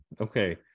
okay